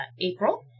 April